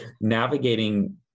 navigating